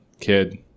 kid